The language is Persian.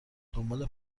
دنبال